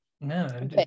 No